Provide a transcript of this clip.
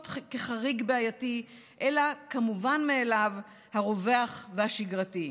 כחריג בעייתי אלא כמובן מאליו הרווח והשגרתי.